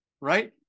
Right